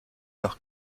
noch